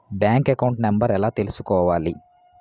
Bank account number ఎలా తీసుకోవాలి?